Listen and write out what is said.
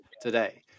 today